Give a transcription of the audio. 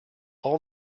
all